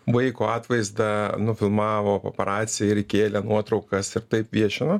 vaiko atvaizdą nufilmavo paparaciai ir įkėlė nuotraukas ir taip viešino